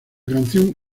canción